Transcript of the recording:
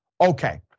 Okay